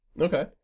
Okay